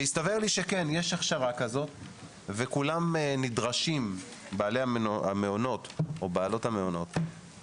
הסתבר לי שיש הכשרה כזאת ובעלי המעונות נדרשים